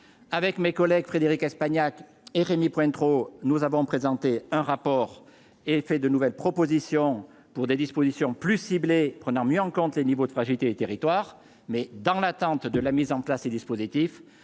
avec mes collègues Frédérique Espagnac et Rémy Pointereau, nous avons présenté un rapport et fait de nouvelles propositions pour des dispositions plus ciblées, prenant mieux en compte les niveaux de fragilité des territoires, mais dans l'attente de la mise en place des dispositifs,